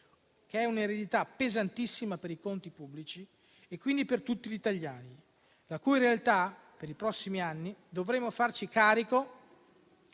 È un'eredità pesantissima per i conti pubblici e quindi per tutti gli italiani, della cui realtà nei prossimi anni dovremo farci carico